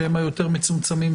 שהם היותר מצומצמים,